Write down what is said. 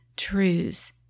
Truths